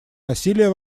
насилия